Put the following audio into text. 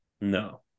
No